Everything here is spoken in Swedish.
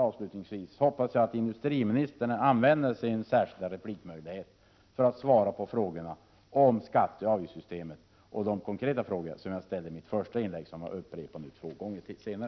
Avslutningsvis hoppas jag att industriministern använder sin särskilda replikmöjlighet för att svara på de frågor om skatteoch avgiftssystemet och på de konkreta frågor som jag ställde i mitt första inlägg och som jag upprepat nu två gånger.